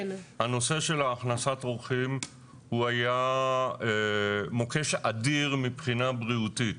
הנושא של הכנסת אורחים היה מוקש אדיר מבחינה בריאותית.